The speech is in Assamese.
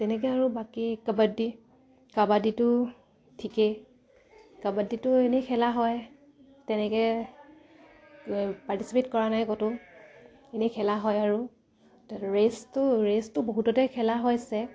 তেনেকে আৰু বাকী কাবাডী কাবাডীটো ঠিকেই কাবাডীটো এনেই খেলা হয় তেনেকে পাৰ্টিচিপেট কৰা নাই ক'তো এনেই খেলা হয় আৰু ৰেচটো ৰেচটো বহুততে খেলা হৈছে